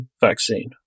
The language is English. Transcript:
vaccine